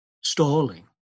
Stalling